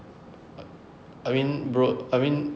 err err I mean bro~ I mean